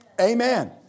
Amen